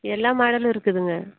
எல்லா மாடலு இருக்குதுங்க